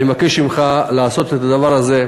אני מבקש ממך לעשות את הדבר הזה,